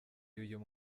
y’uyu